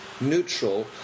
neutral